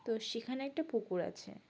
তো সেখানে একটা পুকুর আছে